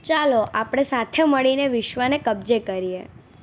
ચાલો આપણે સાથે મળીને વિશ્વને કબજે કરીએ